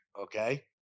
Okay